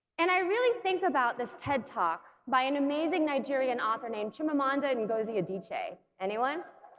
and i really think about this ted talk by an amazing nigerian author named chimamanda ngozi adichie anyone?